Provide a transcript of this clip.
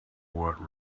what